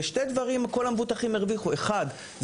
בשני דברים כל המבוטחים הרוויחו: אחד,